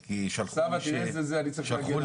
רוצה --- פספסתם נציגים שמתנגדים.